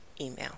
email